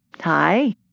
Hi